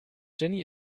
jenny